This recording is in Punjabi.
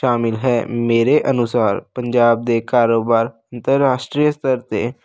ਸ਼ਾਮਿਲ ਹੈ ਮੇਰੇ ਅਨੁਸਾਰ ਪੰਜਾਬ ਦੇ ਕਾਰੋਬਾਰ ਅੰਤਰਰਾਸ਼ਟਰੀ ਸਤਰ 'ਤੇ